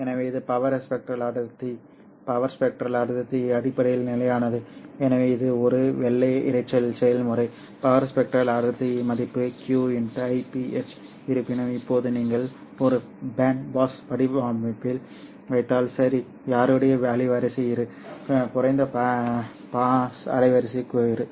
எனவே இது power spectral அடர்த்தி பவர் ஸ்பெக்ட்ரல் அடர்த்தி அடிப்படையில் நிலையானது எனவே இது ஒரு வெள்ளை இரைச்சல் செயல்முறை பவர் ஸ்பெக்ட்ரல் அடர்த்தியின் மதிப்பு q Iph இருப்பினும் இப்போது நீங்கள் ஒரு பேண்ட் பாஸ் வடிப்பானில் வைத்தால் சரி யாருடைய அலைவரிசை இரு குறைந்த பாஸ் அலைவரிசை இரு